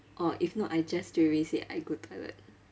or if not I just straightaway say I go toilet